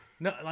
No